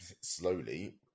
slowly